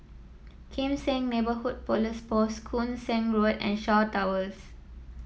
Kim Seng Neighbourhood Police Post Koon Seng Road and Shaw Towers